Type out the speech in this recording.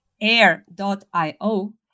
Air.io